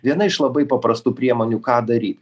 viena iš labai paprastų priemonių ką daryt